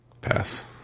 Pass